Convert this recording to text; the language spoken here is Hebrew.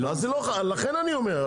לכן אני אומר,